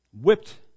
whipped